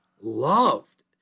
loved